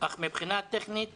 אך מבחינה טכנית